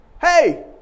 hey